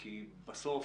כי בסוף